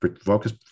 focus